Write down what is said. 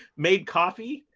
made coffee?